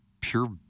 pure